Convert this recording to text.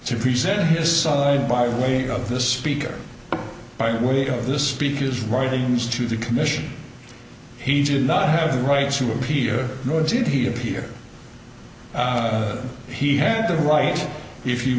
to present his side by way of the speaker by way of the speaker's writings to the commission he did not have the right to appear nor did he appear he had a right if you